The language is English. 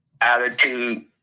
Attitude